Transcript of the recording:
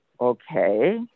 okay